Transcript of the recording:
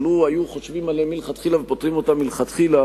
שלו היו חושבים עליהן מלכתחילה ופותרים אותן מלכתחילה,